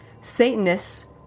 Satanists